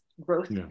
growth